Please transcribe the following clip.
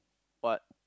what